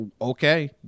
okay